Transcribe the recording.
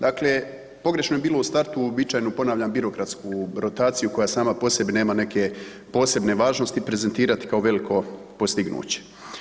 Dakle, pogrešno je bilo u startu uobičajeno ponavljam birokratsku rotaciju koja sama po sebi nema neke posebne važnosti prezentirati kao veliko postignuće.